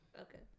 Okay